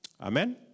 Amen